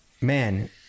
man